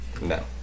No